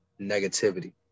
negativity